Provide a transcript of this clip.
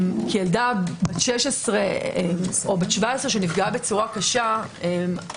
ילדה בת 16 או 17 שנפגעה בצורה קשה,